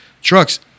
Trucks